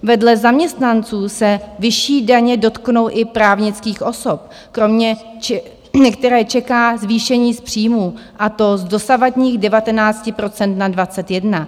Vedle zaměstnanců se vyšší daně dotknou i právnických osob, kromě některé čeká zvýšení z příjmů, a to z dosavadních 19 % na 21. (?)